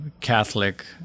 Catholic